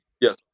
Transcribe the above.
Yes